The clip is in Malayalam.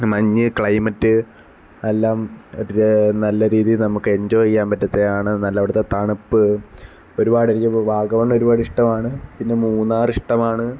മഞ്ഞ് ക്ലൈമറ്റ് എല്ലാം ദൃ നല്ല രീതിയിൽ നമുക്ക് എൻജോയ് ചെയ്യാൻ പറ്റത്തയാണ് നല്ല അവിടുത്തെ തണുപ്പ് ഒരുപാട് എനിക്കിപ്പോൾ വാഗമൺ ഒരുപാട് ഇഷ്ടമാണ് പിന്നെ മൂന്നാറ് ഇഷ്ടമാണ്